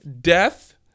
Death